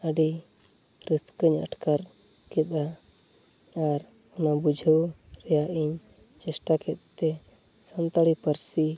ᱟᱹᱰᱤ ᱨᱟᱹᱥᱠᱟᱹᱧ ᱟᱴᱠᱟᱨ ᱠᱮᱫᱟ ᱟᱨ ᱚᱱᱟ ᱵᱩᱡᱷᱟᱹᱣ ᱨᱮᱭᱟᱜᱼᱤᱧ ᱪᱮᱥᱴᱟ ᱠᱮᱫᱛᱮ ᱥᱟᱱᱛᱟᱲᱤ ᱯᱟᱹᱨᱥᱤ